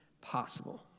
possible